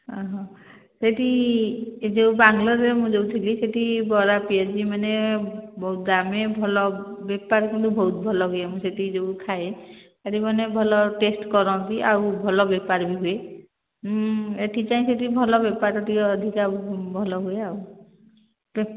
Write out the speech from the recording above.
ଓ ହୋ ସେଠି ଯୋଉ ବାଙ୍ଗଲୋରରେ ମୁଁ ଯୋଉ ଥିଲି ସେଠି ବରା ପିଆଜି ମାନେ ବହୁତ ଦାମ୍ ଭଲ ବେପାର କିନ୍ତୁ ବହୁତ ଭଲ ହୁଏ ମୁଁ ସେଠି ଯୋଉ ଖାଏ ସେଠି ମାନେ ଭଲ ଟେଷ୍ଟ କରନ୍ତି ଆଉ ଭଲ ବେପାର ବି ହୁଏ ଏଠି କାଇଁ ସେଠି ଭଲ ବେପାର ଟିଏ ଅଧିକା ଭଲ ହୁଏ ଆଉ ତ